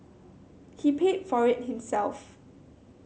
he paid for it himself